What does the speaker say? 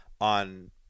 on